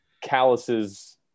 calluses